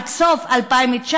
עד סוף 2019,